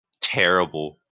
terrible